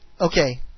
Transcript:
Okay